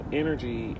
energy